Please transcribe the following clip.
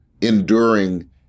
enduring